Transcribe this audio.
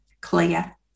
clear